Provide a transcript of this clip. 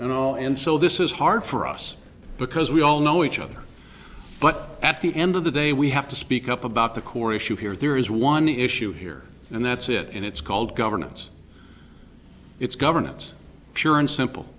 know and so this is hard for us because we all know each other but at the end of the day we have to speak up about the core issue here there is one issue here and that's it and it's called governance it's governance pure and simple